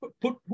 put